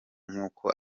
n’uko